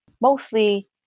Mostly